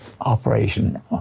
operation